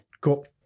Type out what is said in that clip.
Cool